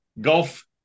golf